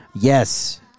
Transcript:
Yes